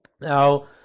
Now